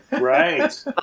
Right